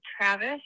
Travis